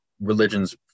religions